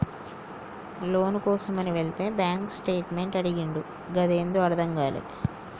లోను కోసమని వెళితే bank statement అడిగిండు గదేందో అర్థం గాలే